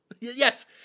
Yes